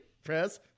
Press